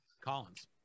collins